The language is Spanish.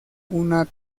una